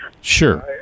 sure